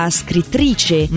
scrittrice